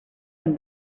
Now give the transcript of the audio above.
him